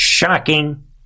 Shocking